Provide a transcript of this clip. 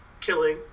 killing